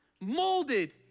molded